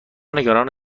نگران